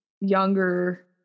younger